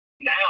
now